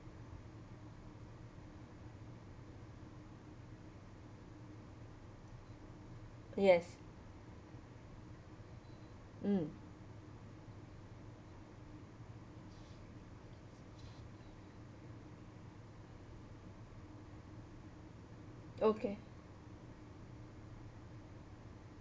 yes mm okay